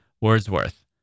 Wordsworth